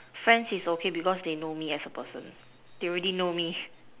friends is okay because they know me as a person they already know me